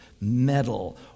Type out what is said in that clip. metal